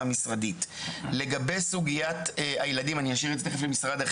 המסה הגדולה של הילדים היא בנתניה,